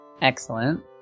Excellent